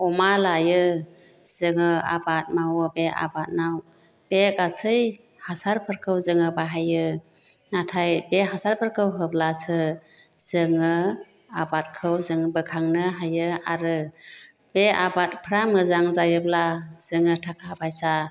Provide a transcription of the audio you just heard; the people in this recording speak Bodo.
अमा लायो जोङो आबाद मावो बे आबादनाव बे गासै हासारफोरखौ जोङो बाहायो नाथाइ बे हासारफोरखौ होब्लासो जोङो आबादखौ जों बोखांनो हायो आरो बे आबादफ्रा मोजां जायोब्ला जोङो थाखा फैसा